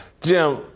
Jim